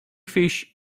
fish